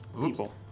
people